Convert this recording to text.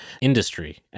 industry